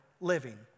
living